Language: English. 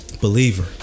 believer